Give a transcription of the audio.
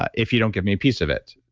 ah if you don't give me a piece of it.